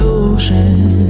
ocean